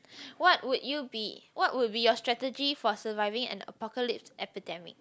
what would you be what would be your strategy for surviving a apocalypse epidemic